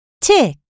tick